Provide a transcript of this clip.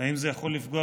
האם זה יכול לפגוע